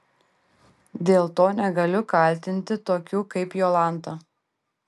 dėl to negaliu kaltinti tokių kaip jolanta